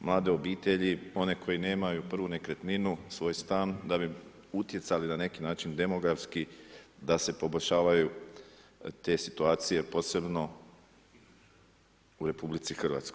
mlade obitelji, one koji nemaju prvu nekretninu, svoj stan, da bi utjecali na neki način demografski da se poboljšavaju te situacije, posebno u RH.